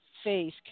Face